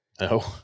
No